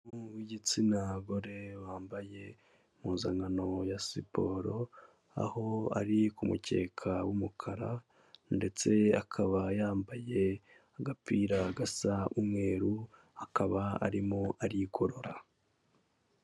Umuntu w'igitsina gore wambaye impuzankano ya siporo, aho ari ku mukeka w'umukara ndetse akaba yambaye agapira gasa umweru, akaba arimo arigorora.